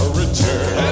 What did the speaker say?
return